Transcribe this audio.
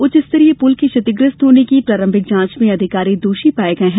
उच्च स्तरीय पुल के क्षतिग्रस्त होने की प्रारंभिक जाँच में ये अधिकारी दोषी पाये गये हैं